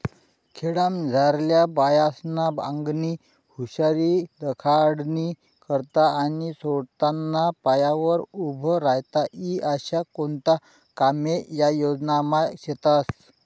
खेडामझारल्या बायास्ना आंगनी हुशारी दखाडानी करता आणि सोताना पायावर उभं राहता ई आशा कोणता कामे या योजनामा शेतस